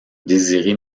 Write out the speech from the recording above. désiré